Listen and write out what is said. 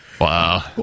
Wow